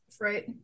Right